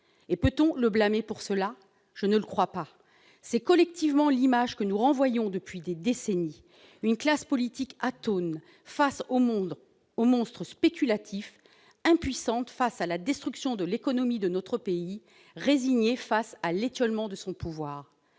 Et peut-on le blâmer pour cela ? Je ne le crois pas. C'est collectivement l'image que nous renvoyons depuis des décennies : une classe politique atone face au monstre spéculatif, impuissante face à la destruction de l'économie de notre pays, résignée face à l'étiolement de son pouvoir.